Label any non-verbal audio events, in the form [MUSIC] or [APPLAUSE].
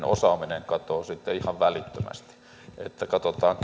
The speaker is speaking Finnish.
[UNINTELLIGIBLE] osaaminen katoaa sitten ihan välittömästi katsotaan [UNINTELLIGIBLE]